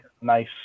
nice